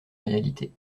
réalité